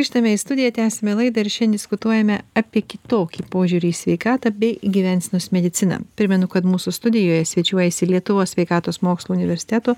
grįžtame į studiją tęsiame laidą ir šiandien diskutuojame apie kitokį požiūrį į sveikatą bei į gyvensenos mediciną primenu kad mūsų studijoje svečiuojasi lietuvos sveikatos mokslų universiteto